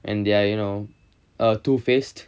and are you know a two-faced